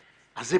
זה